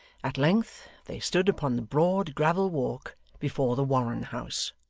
at length they stood upon the broad gravel-walk before the warren-house.